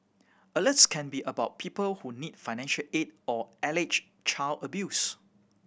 alerts can be about people who need financial aid or alleged child abuse